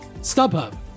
StubHub